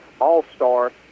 all-star